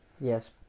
yes